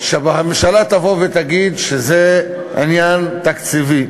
שהממשלה תבוא ותגיד שזה עניין תקציבי,